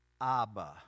Abba